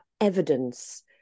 evidence